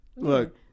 Look